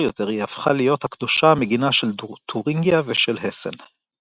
יותר היא הפכה להיות הקדושה המגינה של תורינגיה ושל הסן.